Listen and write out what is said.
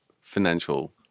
financial